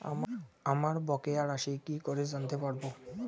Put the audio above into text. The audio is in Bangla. আমার বকেয়া রাশি কি করে জানতে পারবো?